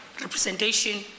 representation